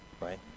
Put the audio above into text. right